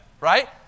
Right